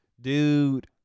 dude